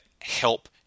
help